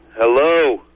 Hello